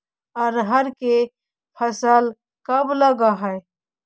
अरहर के फसल कब लग है?